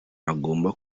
agomba